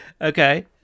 okay